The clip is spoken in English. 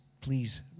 please